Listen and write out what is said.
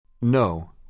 No